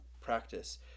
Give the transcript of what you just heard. practice